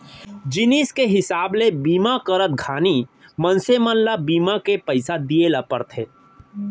जिनिस के हिसाब ले बीमा करत घानी मनसे मन ल बीमा के पइसा दिये ल परथे